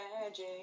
magic